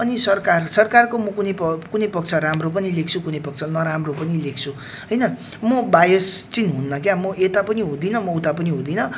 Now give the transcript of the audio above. अनि सरकार सरकारको म कुनै प कुनै पक्ष राम्रो पनि लेख्छु कुनै पक्ष नराम्रो पनि लेख्छु होइन म बायस चाहिँ हुन्न क्या म यता पनि हुदिनँ म उता पनि हुदिनँ